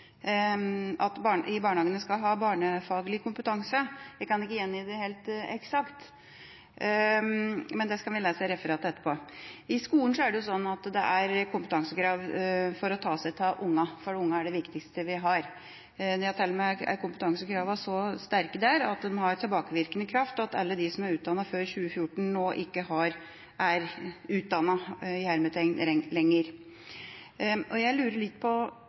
kan ikke gjengi det helt eksakt, men det kan vi lese i referatet etterpå. I skolen er det jo sånn at det er kompetansekrav for å ta seg av ungene fordi ungene er det viktigste vi har. Der er til og med kompetansekravene så sterke at de har tilbakevirkende kraft, og at alle de som er utdannet før 2014, nå ikke er «utdannet» lenger. Jeg lurer litt på